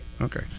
okay